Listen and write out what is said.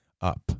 up